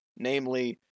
Namely